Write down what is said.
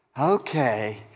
okay